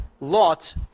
Lot